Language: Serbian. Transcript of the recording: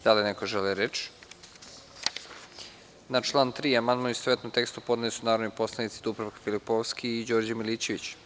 Da li neko želi reč? (Ne) Na član 3. amandman, u istovetnom tekstu, podneli su narodni poslanici Dubravka Filipovski i Đorđe Milićević.